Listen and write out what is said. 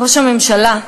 ראש הממשלה,